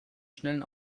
schnellen